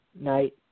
night